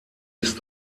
ist